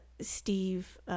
Steve